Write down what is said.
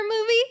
movie